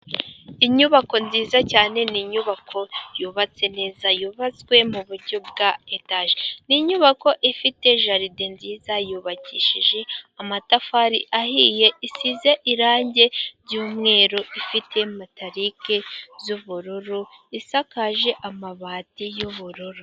Inyubako nziza cyane . Ni inyubako yubatse neza yubatswe muburyo bwa etaje . Ni inyubako ifite jaride nziza ,yubakishije amatafari ahiye, isize irangi ry'umweru ifite matalike z'ubururu ,isakaje amabati yubururu.